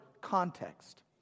context